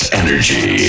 energy